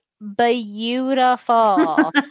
beautiful